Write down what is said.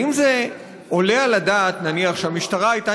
האם זה עולה על הדעת נניח שהמשטרה הייתה